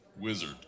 wizard